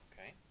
Okay